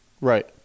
Right